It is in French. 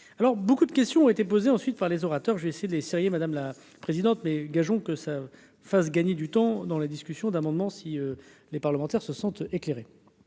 alors beaucoup de questions ont été posées ensuite par les orateurs, j'ai essayé de les sérier, madame la présidente, mais gageons que ça fasse gagner du temps dans la discussion d'amendements si. Les parlementaires se sentent éclairée